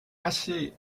assez